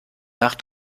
nach